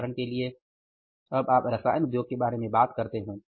उदाहरण के लिए अब आप रसायन उद्योग के बारे में बात करते हैं